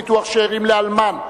ביטוח שאירים לאלמן),